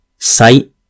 sight